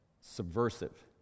subversive